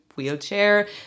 wheelchair